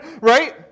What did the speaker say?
Right